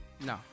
No